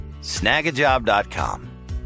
Snagajob.com